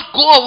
go